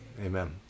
amen